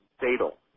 fatal